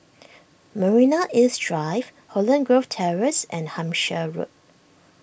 Marina East Drive Holland Grove Terrace and Hampshire Road